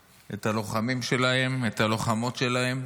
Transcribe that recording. את הלוחמים שלהם, את הלוחמות שלהם.